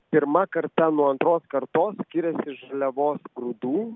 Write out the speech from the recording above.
pirma karta nuo antros kartos skiriasi žaliavos grūdų